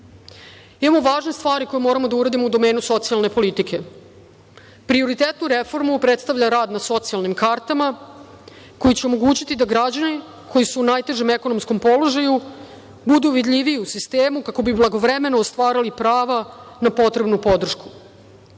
važne stvari koje moramo da uradimo u domenu socijalne politike. Prioritetnu reformu predstavlja rad na socijalnim kartama koji će omogućiti da građani koji su u najtežem ekonomskom položaju budu vidljiviji u sistemu kako bi blagovremeno ostvarili prava na potrebnu podršku.